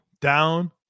down